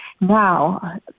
Now